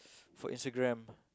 for Instagram